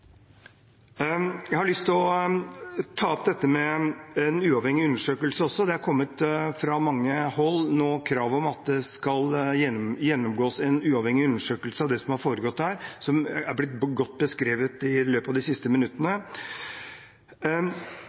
Jeg har også lyst til å ta opp dette med en uavhengig undersøkelse. Det er nå kommet krav fra mange hold om at det skal gjennomføres en uavhengig undersøkelse av det som har foregått der, som har blitt godt beskrevet i løpet av de siste minuttene.